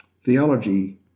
theology